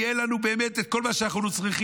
יהיה לנו באמת את כל מה שאנחנו צריכים,